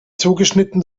zugeschnitten